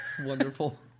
Wonderful